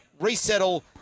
resettle